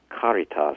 caritas